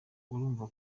urumva